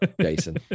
jason